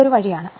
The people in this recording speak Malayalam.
ഇത് ഒരു വഴിയാണ്